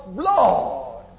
blood